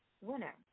winner